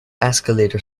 escalator